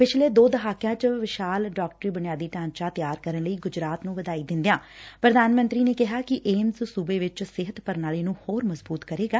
ਪਿਛਲੇ ਦੋ ਦਹਾਕਿਆਂ ਚ ਵਿਸ਼ਾਲ ਡਾਕਟਰੀ ਬਨਿਆਦੀ ਢਾਂਚਾ ਤਿਆਰ ਕਰਨ ਲਈ ਗਜਰਾਤ ਨੰ ਵਧਾਈ ਦਿੰਦਿਆਂ ਪ੍ਰਧਾਨ ਮੰਤਰੀ ਨੇ ਕਿਹਾ ਕਿ ਏਮਜ਼ ਸੁਬੇ ਵਿਚ ਸਿਹਤ ਪੁਣਾਣਲੀ ਨੂੰ ਹੋਰ ਮਜ਼ਬੁਤ ਕਰੇਗਾ